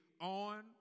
on